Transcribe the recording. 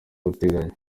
guteganya